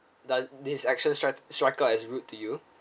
does this action strike strik out as rude to you